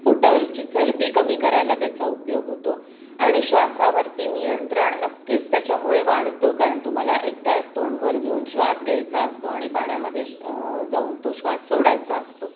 पोटावरची चरबी कमी करायला त्याचा उपयोग होतो आणि श्वासावरती नियंत्रण नक्कीच त्याच्यामुळे वाढतं कारण तुम्हाला एकदा तोंड वर घेऊन श्वास घ्यायचा असतो आणि पाण्यामधे जाऊन तो श्वास सोडायचा असतो